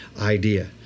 idea